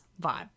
vibe